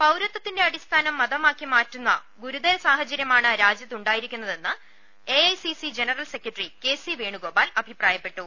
പൌരത്വത്തിന്റെ അടിസ്ഥാനം മതമാക്കിമാറ്റുന്ന ഗുരുതര സാഹ ചര്യമാണ് രാജ്യത്തുണ്ടായിരിക്കുന്നതെന്ന് AICC general secretary K C Venugopal അഭിപ്രായപ്പെട്ടു